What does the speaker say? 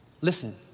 Listen